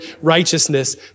righteousness